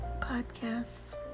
podcasts